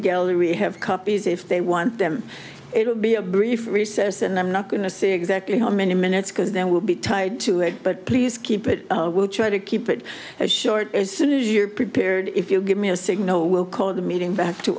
gallery have copies if they want them it will be a brief recess and i'm not going to see exactly how many minutes because there will be tied to it but please keep it will try to keep it as short as soon as you're prepared if you give me a signal we'll call the meeting back to